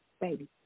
Baby